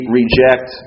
reject